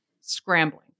scrambling